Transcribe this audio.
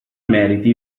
meriti